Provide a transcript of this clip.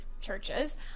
churches